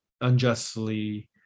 unjustly